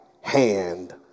hand